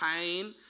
pain